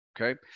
Okay